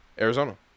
Arizona